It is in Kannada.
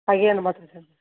ಹಾಗೇನು ಮಾತ್ರೆ